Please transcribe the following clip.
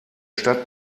stadt